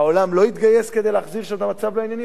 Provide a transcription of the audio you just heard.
העולם לא יתגייס כדי להחזיר שם את המצב לעניינים?